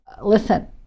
listen